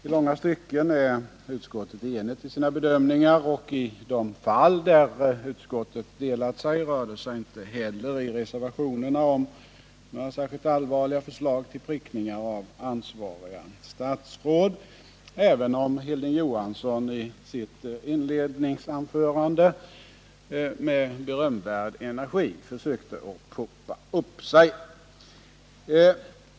I långa stycken är utskottet enigt i sina bedömningar, och i de fall där utskottet delat sig rör det sig i reservationerna inte heller om några särskilt allvarliga förslag till prickningar av ansvariga statsråd, även om Hilding Johansson i sitt inledningsanförande med berömvärd energi försökte att ”poppa upp” dessa förslag.